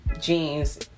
jeans